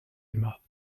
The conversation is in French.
aimas